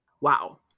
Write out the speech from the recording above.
Wow